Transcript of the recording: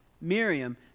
Miriam